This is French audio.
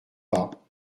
pas